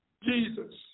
Jesus